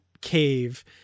cave